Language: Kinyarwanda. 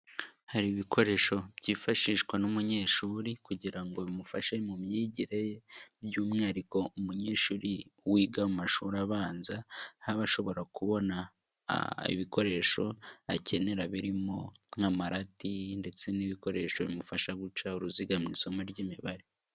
Hari ibikoresho byifashishwa n'umunyeshuri kugira ngo bimufashe mu myigire ye, by'umwihariko umunyeshuri wiga mu mashuri abanza nta ba ashobora kubona ibikoresho akenera birimo nk'amarati ndetse n'ibikoresho bimufasha guca uruziga mu isomo ry'imibare.